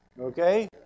Okay